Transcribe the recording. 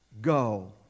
go